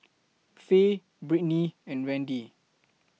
Faye Brittny and Randy